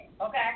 okay